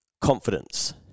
confidence